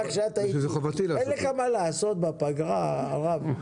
אין לך מה לעשות בפגרה, הרב?